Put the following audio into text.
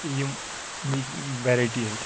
یِم ویٚرایٹی اَتِہ